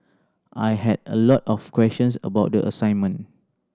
I had a lot of questions about the assignment